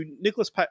Nicholas